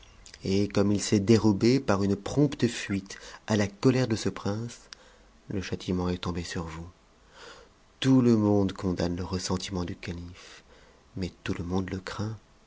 et comme il s'est dérobé par une prompte fuite à la colère de ce prince le châtiment est tombé sur vous tout le monde condamne le ressentiment du calife mais tout le monde le craint